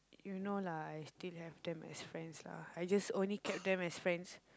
you know lah I still have them as friends lah I just only kept them as friends